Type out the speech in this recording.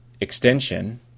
extension